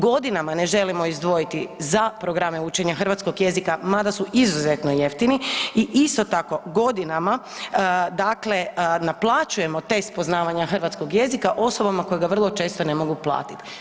Godinama ne želimo izdvojiti za programe učenja hrvatskog jezika mada su izuzetno jeftini i isto tako godinama dakle naplaćujem test poznavanja hrvatskog jezika osobama koje ga vrlo često ne mogu platiti.